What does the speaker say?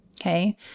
okay